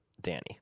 Danny